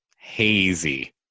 hazy